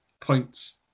points